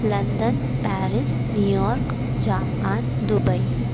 London Paris New York Japan Dubai